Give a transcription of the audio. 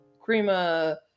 crema